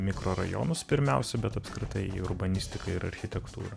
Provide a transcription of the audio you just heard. mikrorajonus pirmiausia bet apskritai urbanistiką ir architektūrą